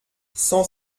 cent